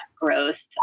growth